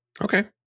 Okay